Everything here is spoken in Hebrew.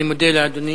אני מודה לאדוני.